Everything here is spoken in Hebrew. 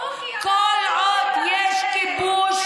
כל עוד יש כיבוש,